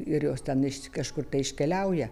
ir jos ten kažkur iškeliauja